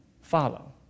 follow